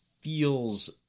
feels